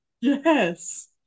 Yes